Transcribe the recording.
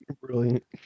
brilliant